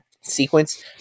sequence